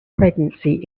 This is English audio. pregnancy